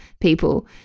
people